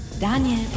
Daniel